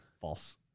False